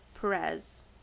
Perez